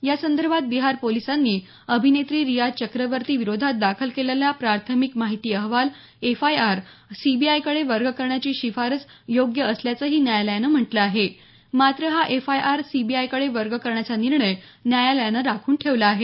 या संदर्भात बिहार पोलिसांनी अभिनेत्री रिया चक्रवर्ती विरोधात दाखल केलेला प्राथमिक माहिती अहवाल एफआयआर तसंच तो सीबीआयकडे वर्ग करण्याची शिफारस योग्य असल्याचंही न्यायालयानं म्हटलं आहे मात्र हा एफआयआर सीबीआयकडे वर्ग करण्याचा निर्णय न्यायालयानं राखून ठेवला आहे